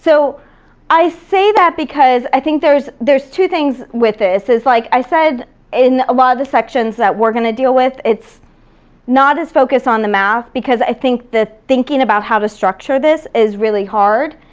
so i say that because i think there's there's two things with this, is, like i said in a lot of the sections that we're gonna deal with, it's not as focused on the math because i think the thinking about how to structure this is really hard,